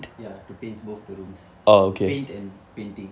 ya to paint both the rooms paint and painting